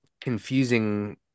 confusing